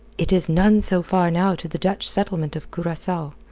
it is none so far now to the dutch settlement of curacao.